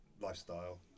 lifestyle